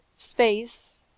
space